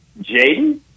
Jaden